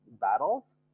battles